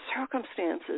circumstances